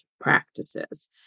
practices